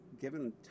given